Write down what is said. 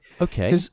Okay